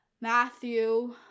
Matthew